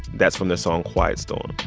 that's from their song quiet storm.